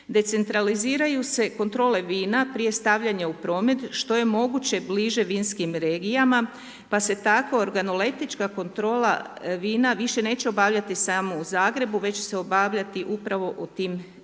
Decentraliziraju se kontrole vina prije stavljanja u promet što je moguće bliže vinskim regijama pa se tako organoleptička kontrola vina više neće obavljati samo u Zagrebu već će se obavljati upravo u tim centrima.